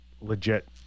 legit